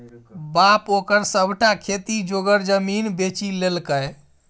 बाप ओकर सभटा खेती जोगर जमीन बेचि लेलकै